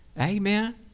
Amen